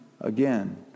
again